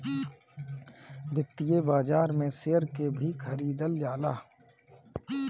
वित्तीय बाजार में शेयर के भी खरीदल जाला